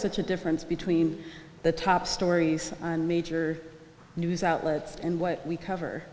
such a difference between the top stories on major news outlets and what we cover